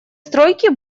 стройки